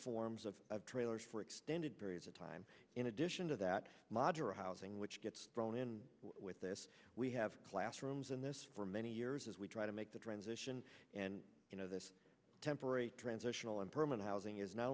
forms of trailers for extended periods of time in addition to that modular housing which gets thrown in with this we have classrooms in this for many years as we try to make the transition and you know this temporary transitional and permanent housing is not